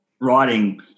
writing